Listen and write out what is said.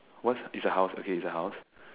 what's is a house okay is a house